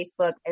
Facebook